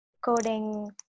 coding